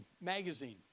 magazine